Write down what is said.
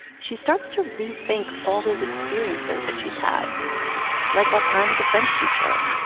she starts to rethink all those experiences that she's had like that time with the french teacher,